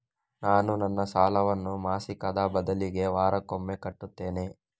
ನಾನು ನನ್ನ ಸಾಲವನ್ನು ಮಾಸಿಕದ ಬದಲಿಗೆ ವಾರಕ್ಕೊಮ್ಮೆ ಕಟ್ಟುತ್ತೇನೆ